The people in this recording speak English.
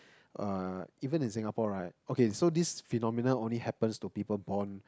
uh even in Singapore right okay so this phenomenon only happens to people born